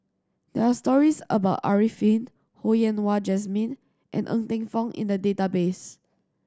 there are stories about Arifin Ho Yen Wah Jesmine and Ng Teng Fong in the database